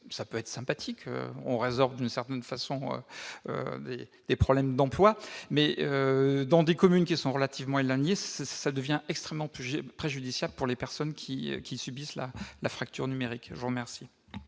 ce peut être sympathique- on résorbe d'une certaine façon des problèmes d'emploi -, mais, dans des communes relativement éloignées, cette situation est extrêmement préjudiciable pour les personnes qui subissent la fracture numérique. Je mets aux voix